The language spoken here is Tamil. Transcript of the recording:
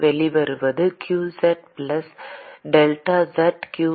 qz வெளிவருவது q z plus delta z qx